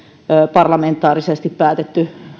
parlamentaarisesti päätetty